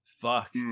Fuck